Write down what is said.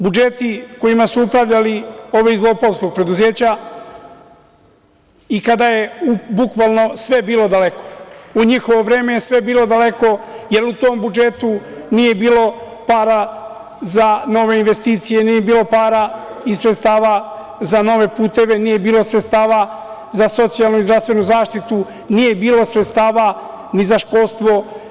Budžeti kojima su upravljali ovi iz lopovskog preduzeća i kada je bukvalno sve bilo daleko, u njihovo vreme je sve bilo daleko, jer u tom budžetu nije bilo para za nove investicije, nije bilo para iz sredstava za nove puteve, nije bilo sredstava za socijalnu i zdravstvenu zaštitu, nije bilo sredstava ni za školstvo.